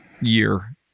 year